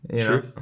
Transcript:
True